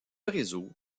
réseau